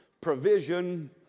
provision